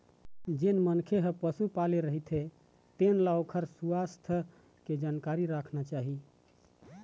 जेन मनखे ह पशु पाले रहिथे तेन ल ओखर सुवास्थ के जानकारी राखना चाही